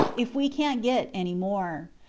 if we can't get any more.